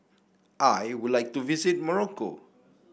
I would like to visit Morocco